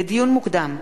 לדיון מוקדם: